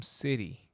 city